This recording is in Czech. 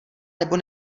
nebo